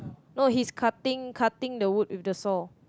no he's cutting cutting the wood with the saw